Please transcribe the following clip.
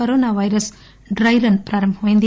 corona virus డైరస్ ప్రారంభమైంది